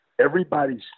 everybody's